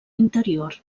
interior